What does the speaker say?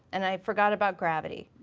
and i forgot about gravity.